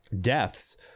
deaths